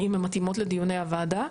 האם הן מתאימות לדיוני הוועדה,